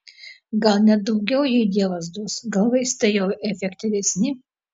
gal net daugiau jei dievas duos gal vaistai jau efektyvesni